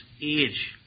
age